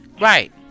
Right